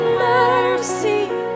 mercy